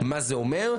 מה זה אומר,